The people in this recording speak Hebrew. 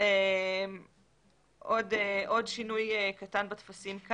עוד שינוי בטפסים.